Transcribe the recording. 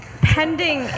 pending